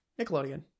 Nickelodeon